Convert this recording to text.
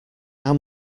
how